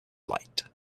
light